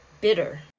bitter